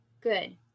Good